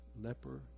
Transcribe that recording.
leper